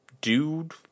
dude